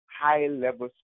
high-level